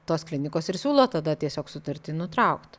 tos klinikos ir siūlo tada tiesiog sutartį nutraukt